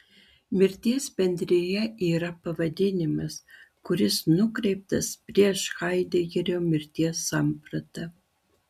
mirties bendrija yra pavadinimas kuris nukreiptas prieš haidegerio mirties sampratą